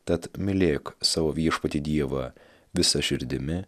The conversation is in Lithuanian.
tad mylėk savo viešpatį dievą visa širdimi